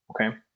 okay